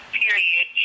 period